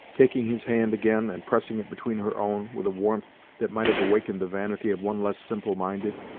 taking his hand again, and pressing it between her own, with a warmth that might have awakened the vanity of one less simple-minded,